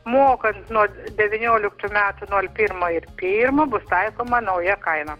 mokas nors devynioliktų metų nol pirmo ir pirmo bus taikoma nauja kaina